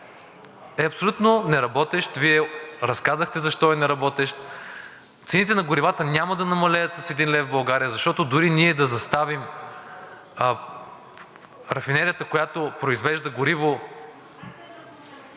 е абсолютно неработещ. Вие разказахте защо е неработещ. Цените на горивата няма да намалеят с 1 лев в България, защото ние да заставим рафинерията, която произвежда гориво